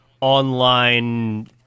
online